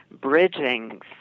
bridging